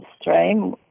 stream